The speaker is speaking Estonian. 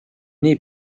nii